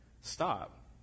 Stop